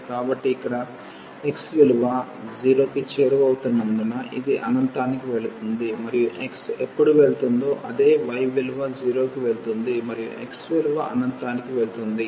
కాబట్టి ఇక్కడ x విలువ 0 కి చేరువవుతున్నందున ఇది అనంతానికి వెళుతుంది మరియు x ఎప్పుడు వెళ్తుందో అదే y విలువ 0 కి వెళుతుంది మరియు x విలువ అనంతానికి వెళ్తుంది